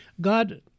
God